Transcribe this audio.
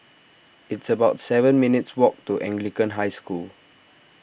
it's about seven minutes' walk to Anglican High School